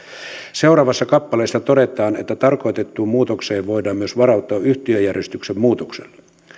seuraavassa kappaleessa todetaan että tarkoitettuun muutokseen voidaan myös varautua yhtiöjärjestyksen muutoksella